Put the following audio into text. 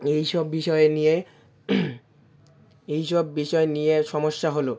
এই সব বিষয় নিয়ে এই সব বিষয় নিয়ে সমস্যা হলো